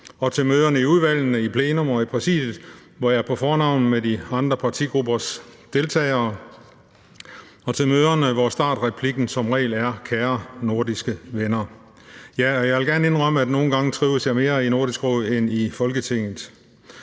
og til møderne i udvalgene, i plenum og i præsidiet, hvor jeg er på fornavn med de andre partigruppers deltagere, og til møderne, hvor startreplikken som regel er: Kære nordiske venner! Ja, og jeg vil gerne indrømme, at nogle gange trives jeg mere i Nordisk Råd end i Folketinget.